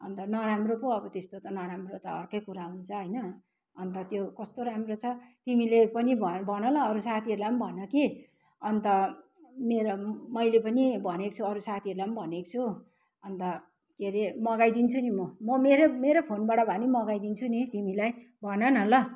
अन्त नराम्रो पो अब त्यस्तो त नराम्रो त अर्कै कुरा हुन्छ होइन अन्त त्यो कस्तो राम्रो छ तिमीले पनि भयो भन ल अरू साथीहरूलाई भन कि अन्त मेरो अब मैले पनि भनेको छु अरू साथीहरूलाई भनेको छु अन्त के रे मगाइदिन्छु नि म म मेरै मेरै फोनबाट भए पनि मगाइदिन्छु नि तिमीलाई भन न ल